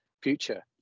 future